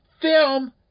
film